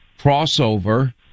crossover